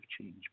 change